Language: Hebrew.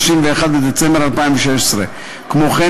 31 בדצמבר 2016. כמו כן,